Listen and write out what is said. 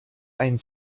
ein